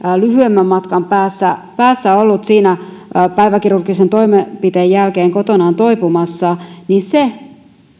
lyhyemmän matkan päässä päässä ollut päiväkirurgisen toimenpiteen jälkeen kotonaan toipumassa niin se